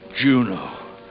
Juno